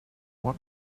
want